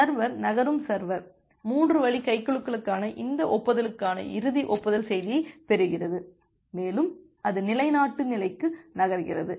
எனவே சர்வர் நகரும் சர்வர் 3 வழி கைகுலுக்கலுக்கான இந்த ஒப்புதலுக்கான இறுதி ஒப்புதல் செய்தியைப் பெறுகிறது மேலும் அது நிலைநாட்டு நிலைக்கு நகர்கிறது